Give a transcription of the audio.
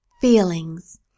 feelings